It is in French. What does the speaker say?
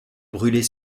brûler